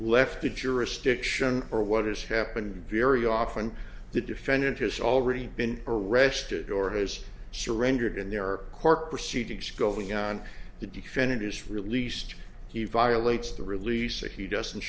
left the jurisdiction or what has happened very often the defendant has already been arrested or has surrendered and there are court proceedings going on the defendant is released he violates the release and he doesn't